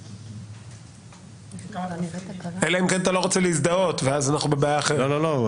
אני מצטער שלא הגעתי היום לוועדה,